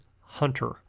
Hunter